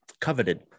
coveted